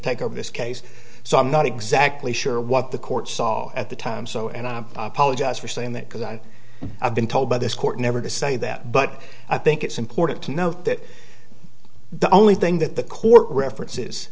take over this case so i'm not exactly sure what the court saw at the time so and i apologize for saying that because i have been told by this court never to say that but i think it's important to note that the only thing that the court references